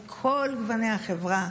מכל גווני החברה,